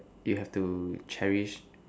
you have to cherish